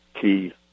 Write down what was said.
key